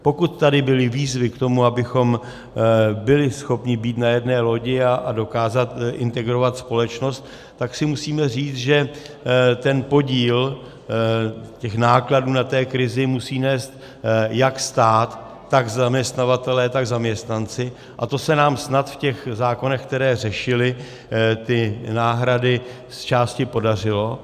Pokud tady byly výzvy k tomu, abychom byli schopni být na jedné lodi a dokázat integrovat společnost, tak si musíme říct, že ten podíl nákladů na krizi musí nést jak stát, tak zaměstnavatelé, tak zaměstnanci, a to se nám snad v těch zákonech, které řešily náhrady, zčásti podařilo.